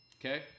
Okay